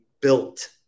built